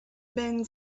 been